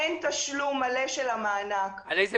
אין תשלום מלא של המענק --- איזה מענק?